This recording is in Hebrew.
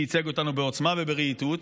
שייצג אותנו בעוצמה וברהיטות,